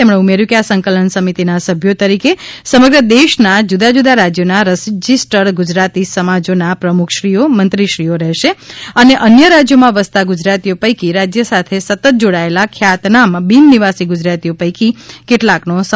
તેમણે ઉમેર્યુ કે આ સંકલન સમિતિના સભ્યો તરીકે સમગ્ર દેશના જુદા જુદા રાજ્યોના રજીસ્ટર્ડ ગુજરાતી સમાજોના પ્રમુખશ્રીઓ મંત્રીશ્રીઓ રહેશે અને અન્ય રાજ્યોમાં વસતા ગુજરાતીઓ પૈકી રાજ્ય સાથે સતત જોડાયેલા ખ્યાતનામ બિન નિવાસી ગુજરાતીઓ પૈકી કેટલાકનો સમાવેશ કરાશે